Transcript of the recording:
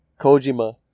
Kojima